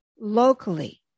locally